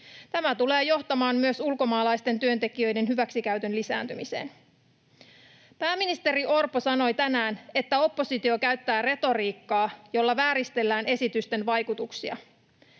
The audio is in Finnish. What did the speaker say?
Tämä tulee johtamaan myös ulkomaalaisten työntekijöiden hyväksikäytön lisääntymiseen. Pääministeri Orpo sanoi tänään, että oppositio käyttää retoriikkaa, jolla vääristellään esitysten vaikutuksia.